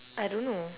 I don't know